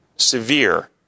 Severe